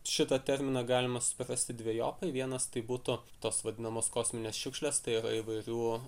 šitą terminą galima suprasti dvejopai vienas tai būtų tos vadinamos kosminės šiukšlės tai yra įvairių